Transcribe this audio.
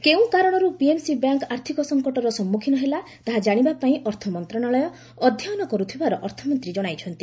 କେଉଁ କାରଣରୁ PMC bank ଆର୍ଥକ ସଙ୍କଟର ସମ୍ମୁଖୀନ ହେଲା ତାହା କାଶିବାପାଇଁ ଅର୍ଥ ମନ୍ତ୍ରଶାଳୟ ଅଧ୍ୟୟନ କରୁଥିବାର ଅର୍ଥମନ୍ତ୍ରୀ ଜଣାଇଛନ୍ତି